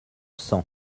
cents